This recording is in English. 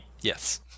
Yes